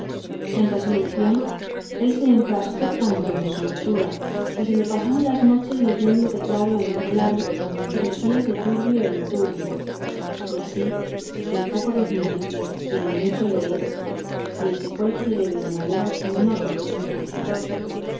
en resolución él se enfrascó tanto en su letura que se le pasaban las noches leyendo de claro en claro y los días de turbio en turbio y así del poco dormir y del mucho leer se le secó el celebro de manera que vino a perder el juicio